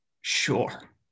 Sure